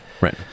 Right